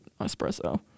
espresso